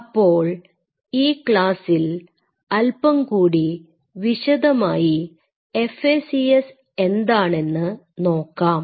അപ്പോൾ ഈ ക്ലാസിൽ അല്പംകൂടി വിശദമായി FACS എന്താണെന്ന് നോക്കാം